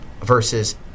versus